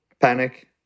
panic